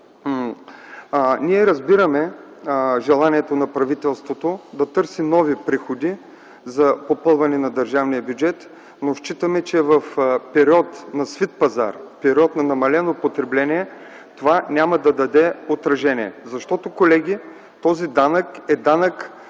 Ние разбираме желанието на правителството да търси нови приходи за попълване на държавния бюджет, но считаме, че в период на свит пазар, в период на намалено потребление, това няма да даде отражение. Защото, колеги, този данък е данък